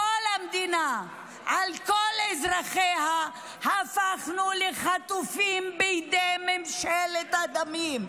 כל המדינה על כל אזרחיה הפכנו לחטופים בידי ממשלת הדמים.